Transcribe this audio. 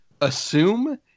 assume